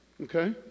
Okay